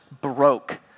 broke